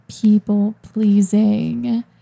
people-pleasing